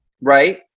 right